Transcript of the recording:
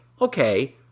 Okay